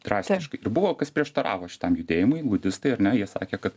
drastiškai ir buvo kas prieštaravo šitam judėjimui budistai ar ne jie sakė kad